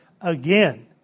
again